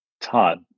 Todd